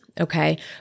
Okay